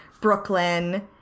Brooklyn